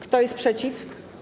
Kto jest przeciw?